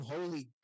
Holy